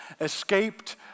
escaped